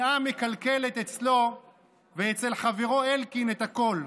השנאה מקלקלת אצלו ואצל חברו אלקין את הכול.